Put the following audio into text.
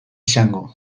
esango